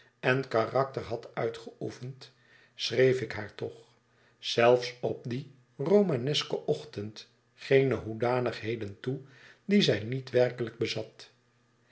en karakter had uitgeoefend schreef ik haar toch zelfs op dien romanesken ochtend geene hoedanigheden toe die zij niet werkelijk bezat